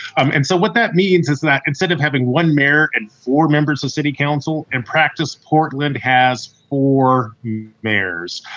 um and so what that means is that instead of having one mayor and four members of city council and practice, portland has or mayors